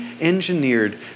engineered